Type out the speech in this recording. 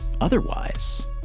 Otherwise